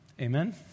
Amen